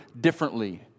differently